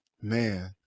man